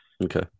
Okay